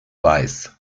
weiß